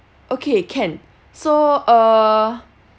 okay can so err